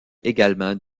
également